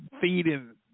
feeding